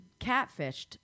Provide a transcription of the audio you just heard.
catfished